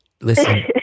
Listen